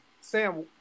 Sam